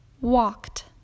Walked